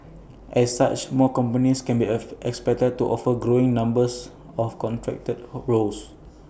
as such more companies can be expected to offer growing numbers of contract roles